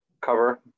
cover